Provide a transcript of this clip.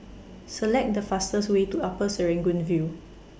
Select The fastest Way to Upper Serangoon View